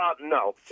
no